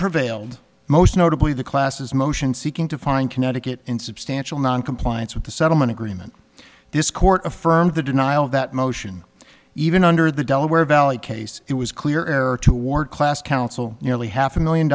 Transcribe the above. prevailed most notably the classes motion seeking to find connecticut in substantial noncompliance with the settlement agreement this court affirmed the denial of that motion even under the delaware valley case it was clear error toward class counsel nearly half a million